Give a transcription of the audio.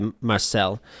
Marcel